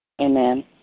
Amen